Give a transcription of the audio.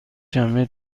شنبه